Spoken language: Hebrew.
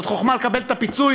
זו חוכמה לקבל את הפיצוי,